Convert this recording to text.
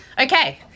Okay